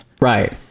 right